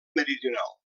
meridional